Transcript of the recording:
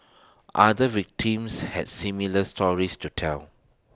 other victims had similar stories to tell